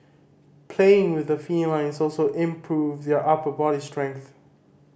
playing with the felines also improves their upper body strength